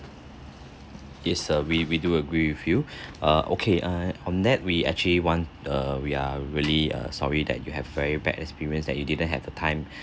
yes err we we do agree with you err okay err on that we actually want err we are really err sorry that you have very bad experience that you didn't have the time